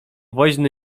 woźny